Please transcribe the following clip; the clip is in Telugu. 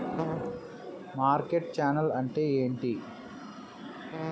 మార్కెట్ ఛానల్ అంటే ఏంటి?